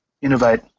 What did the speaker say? innovate